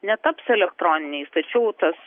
netaps elektroniniais tačiau tas